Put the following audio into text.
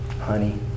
honey